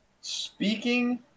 Speaking